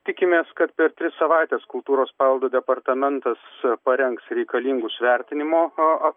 tikimės kad per tris savaites kultūros paveldo departamentas parengs reikalingus vertinimo